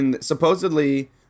supposedly